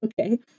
Okay